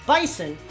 Bison